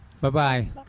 Bye-bye